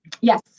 Yes